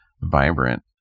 vibrant